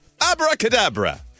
Abracadabra